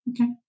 Okay